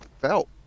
felt